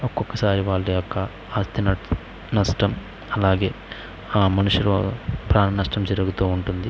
ఒక్కొక్కసారి వాళ్ళ యొక్క ఆర్థిక నష్టం అలాగే ఆ మనుషులు ప్రాణ నష్టం జరుగుతూ ఉంటుంది